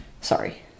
sorry